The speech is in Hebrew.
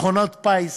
מכונות פיס,